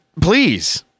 Please